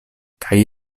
kaj